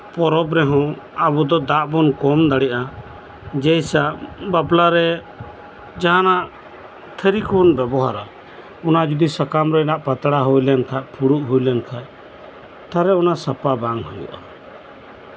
ᱯᱚᱨᱚᱵᱽ ᱨᱮᱦᱚᱸ ᱟᱵᱚ ᱫᱚ ᱫᱟᱜ ᱵᱚᱱ ᱠᱚᱢ ᱫᱟᱲᱮᱭᱟᱜᱼᱟ ᱡᱮᱭᱥᱟ ᱵᱟᱯᱞᱟᱨᱮ ᱡᱟᱦᱟᱸᱱᱟᱜ ᱛᱷᱟᱹᱨᱤ ᱠᱚᱵᱚᱱ ᱵᱮᱵᱚᱦᱟᱨᱟ ᱚᱱᱟ ᱡᱩᱫᱤ ᱥᱟᱠᱟᱢ ᱨᱮᱭᱟᱜ ᱯᱟᱛᱲᱟ ᱦᱩᱭ ᱞᱮᱱᱠᱷᱟᱱ ᱯᱷᱩᱲᱩ ᱦᱩᱭ ᱞᱮᱱᱠᱷᱟᱱ ᱛᱟᱦᱚᱞᱮ ᱚᱱᱟ ᱥᱟᱯᱷᱟ ᱵᱟᱝ ᱦᱩᱭᱩᱜᱼᱟ